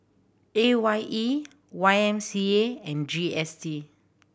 A Y E Y M C A and G S T